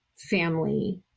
family